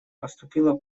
поступила